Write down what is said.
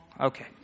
Okay